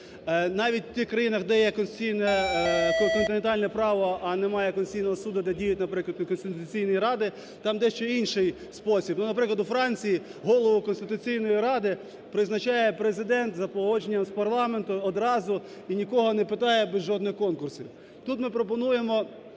Навіть в тих країнах, де є континентальне право, а немає Конституційного Суду, де діють, наприклад, Конституційні ради, там дещо інший спосіб. Наприклад, у Франції голову Конституційної ради призначає Президент за погодженням з парламентом одразу і нікого не питає без жодних конкурсів.